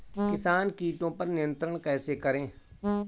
किसान कीटो पर नियंत्रण कैसे करें?